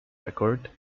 record